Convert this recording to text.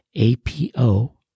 APO